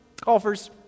Golfers